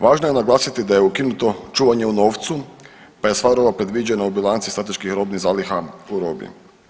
Važno je naglasiti da je ukinuto čuvanje u novcu pa je stvar ova predviđena u bilanci strateških robnih zaliha u robi.